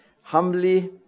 humbly